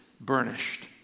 burnished